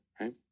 right